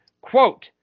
Quote